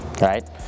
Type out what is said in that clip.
right